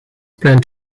planned